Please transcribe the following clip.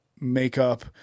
makeup